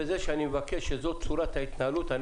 בזה שאני מבקש שזאת תהיה צורת ההתנהלות אני